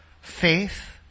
Faith